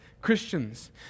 Christians